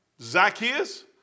Zacchaeus